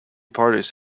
parties